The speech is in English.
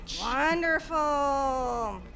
Wonderful